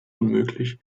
unmöglich